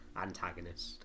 antagonist